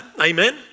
Amen